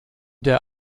der